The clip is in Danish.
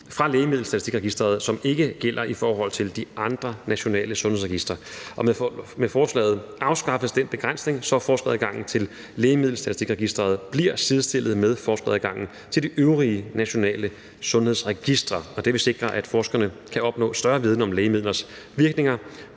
fra Lægemiddelstatistikregisteret, som ikke gælder i forhold til de andre nationale sundhedshedsregistre, og med forslaget afskaffes den begrænsning, så forskeradgangen til Lægemiddelstatistikregisteret bliver sidestillet med forskeradgangen til de øvrige nationale sundhedsregistre. Det vil sikre, at forskerne kan opnå større viden om lægemidlers virkninger,